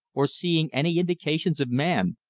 or seeing any indications of man,